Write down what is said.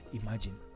Imagine